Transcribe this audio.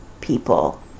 people